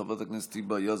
חברת הכנסת היבה יזבק,